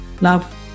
Love